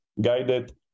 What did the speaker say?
guided